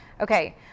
Okay